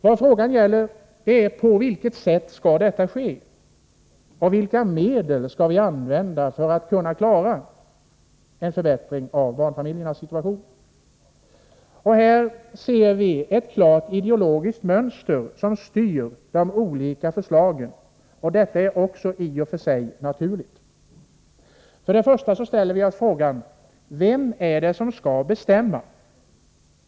Vad frågan gäller är på vilket sätt detta skall ske och vilka medel vi skall använda för att kunna klara en förbättring av barnfamiljernas situation. Här ser vi ett klart ideologiskt mönster som styr de olika förslagen, vilket i och för sig är naturligt. Först och främst ställer vi oss frågan: Vem är det som skall bestämma?